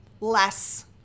less